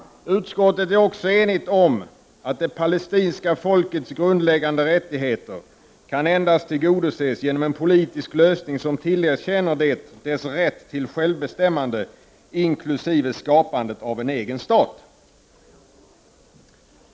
Utskottet är också enigt om att ”det palestinska folkets grundläggande rät 63 tigheter kan endast tillgodoses genom en politisk lösning som tillerkänner det dess rätt till självbestämmande inkl. skapandet av en egen stat”.